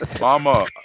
Mama